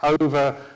over